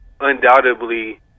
undoubtedly